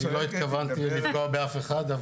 אני לא התכוונתי לפגוע באף אחד,